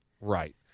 Right